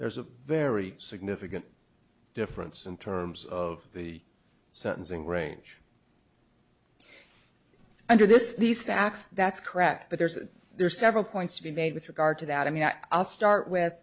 there's a very significant difference in terms of the sentencing range under this these facts that's correct but there's that there are several points to be made with regard to that i mean i'll start with